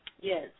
Yes